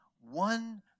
one